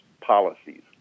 policies